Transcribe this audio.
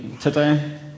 today